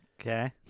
Okay